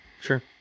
Sure